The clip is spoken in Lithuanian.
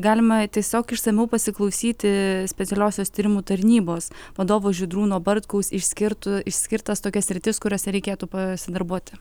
galima tiesiog išsamiau pasiklausyti specialiosios tyrimų tarnybos vadovo žydrūno bartkaus išskirtų išskirtas tokias sritis kuriose reikėtų pasidarbuoti